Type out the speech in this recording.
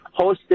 hosted